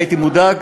אני הייתי מודאג,